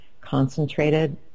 concentrated